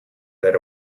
that